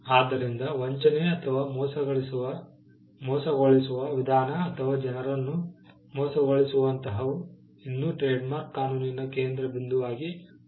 ಆದ್ದರಿಂದ ವಂಚನೆ ಅಥವಾ ಮೋಸಗೊಳಿಸುವ ವಿಧಾನ ಅಥವಾ ಜನರನ್ನು ಮೋಸಗೊಳಿಸುವಂತಹವು ಇನ್ನೂ ಟ್ರೇಡ್ಮಾರ್ಕ್ ಕಾನೂನಿನ ಕೇಂದ್ರ ಬಿಂದುವಾಗಿ ಉಳಿದಿದೆ